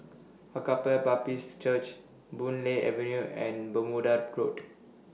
Agape Baptist Church Boon Lay Avenue and Bermuda Road